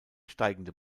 steigende